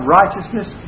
righteousness